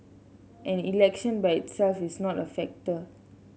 and election by itself is not a factor